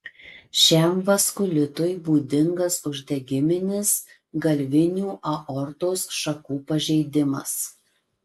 šiam vaskulitui būdingas uždegiminis galvinių aortos šakų pažeidimas